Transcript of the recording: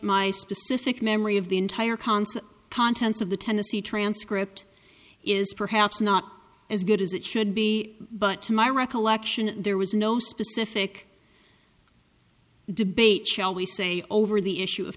my specific memory of the entire concert contents of the tennessee transcript is perhaps not as good as it should be but to my recollection there was no specific debate shall we say over the issue of